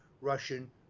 russian